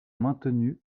maintenu